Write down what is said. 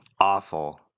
awful